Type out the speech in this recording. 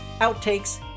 outtakes